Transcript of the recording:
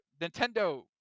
Nintendo